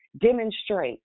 demonstrate